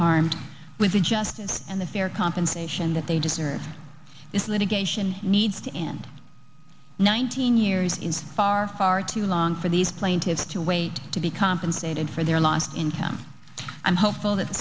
harmed with the justice and the fair compensation that they deserve this litigation needs to end nineteen years is far far too long for these plaintiffs to wait to be compensated for their lost income i'm hopeful that the